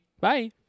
Bye